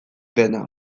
dena